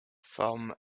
from